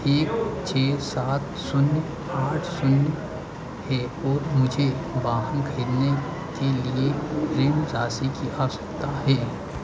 एक छः सात शून्य आठ शून्य है और मुझे वाहन खरीदने के लिए ऋण राशि की आवश्यकता है